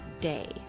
day